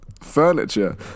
furniture